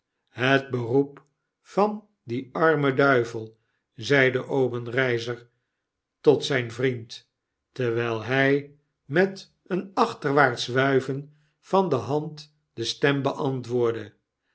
het beroep van die arme duivell zeide obenreizer tot zyn vriend terwyl hij met een achterwaarts wuiven van de hand de stem beantwoordde